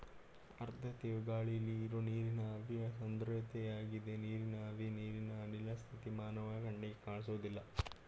ಆರ್ದ್ರತೆಯು ಗಾಳಿಲಿ ಇರೋ ನೀರಿನ ಆವಿಯ ಸಾಂದ್ರತೆಯಾಗಿದೆ ನೀರಿನ ಆವಿ ನೀರಿನ ಅನಿಲ ಸ್ಥಿತಿ ಮಾನವನ ಕಣ್ಣಿಗೆ ಕಾಣ್ಸೋದಿಲ್ಲ